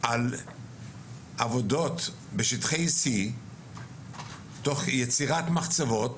על עבודות בשטחי C תוך יצירת מחצבות,